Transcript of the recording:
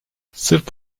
sırp